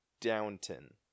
Downton